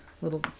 Little